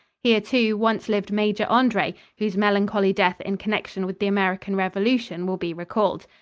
here, too, once lived major andre, whose melancholy death in connection with the american revolution will be recalled.